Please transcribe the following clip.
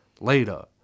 Later